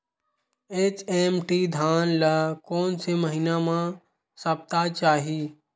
HMT धान ल कोन से महिना म सप्ता चाही?